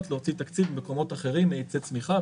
להוציא תקציב במקומות אחרים מאיצי צמיחה,